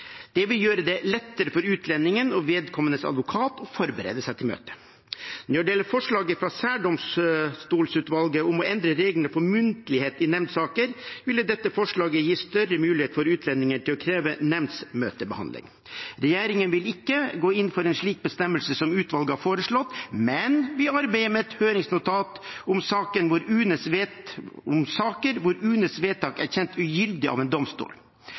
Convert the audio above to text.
Det vil gjøre det lettere for utlendingen og vedkommendes advokat å forberede seg til møtet. Når det gjelder forslaget fra Særdomstolsutvalget om å endre reglene for muntlighet i nemndsaker, ville dette forslaget gi større mulighet for utlendinger til å kreve nemndmøtebehandling. Regjeringen vil ikke gå inn for en slik bestemmelse som utvalget har foreslått, men vi arbeider med et høringsnotat om saker hvor UNEs vedtak er kjent ugyldig av en domstol.